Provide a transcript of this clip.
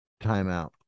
timeout